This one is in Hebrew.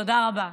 תודה רבה.